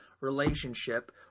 relationship